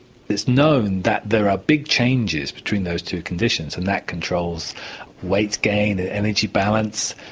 it's known that there are big changes between those two conditions, and that controls weight gain, energy balance,